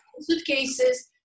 suitcases